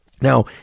Now